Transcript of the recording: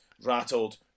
rattled